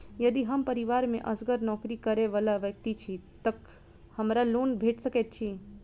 यदि हम परिवार मे असगर नौकरी करै वला व्यक्ति छी तऽ हमरा लोन भेट सकैत अछि?